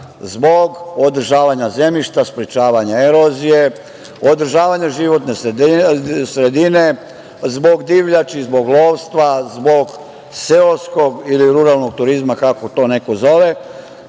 zbog održavanja zemljišta, sprečavanja erozije, održavanje životne sredine, zbog divljači, zbog lovstva, zbog seoskog ili ruralnog turizma, kako to neko